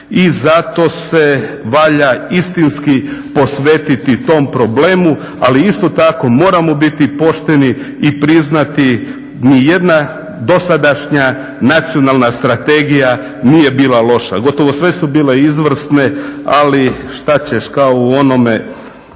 i zato se valja istinski posvetiti tom problemu, ali isto tako moramo biti pošteni i priznati nijedna dosadašnja Nacionalna strategija nije bila loša, gotovo sve su bile izvrsne, ali što ćeš kao u onome